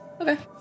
Okay